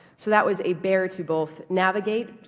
so that was a bear to both navigate,